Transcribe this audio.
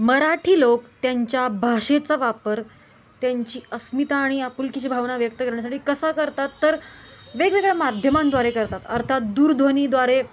मराठी लोक त्यांच्या भाषेचा वापर त्यांची अस्मिता आणि आपुलकीची भावना व्यक्त करण्यासाठी कसा करतात तर वेगवेगळ्या माध्यमांद्वारे करतात अर्थात दूरध्वनीद्वारे